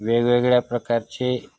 वेगवेगळ्या प्रकारचे